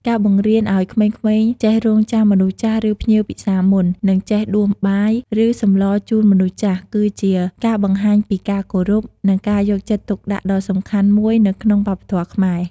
ការបង្រៀនឲ្យក្មេងៗចេះរង់ចាំមនុស្សចាស់ ឬភ្ញៀវពិសាមុន និងចេះដួសបាយ ឬសម្លរជូនមនុស្សចាស់ គឺជាការបង្ហាញពីការគោរព និងការយកចិត្តទុកដាក់ដ៏សំខាន់មួយនៅក្នុងវប្បធម៌ខ្មែរ។